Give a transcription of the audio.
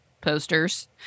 posters